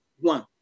one